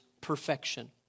perfection